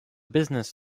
business